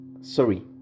sorry